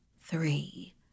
Three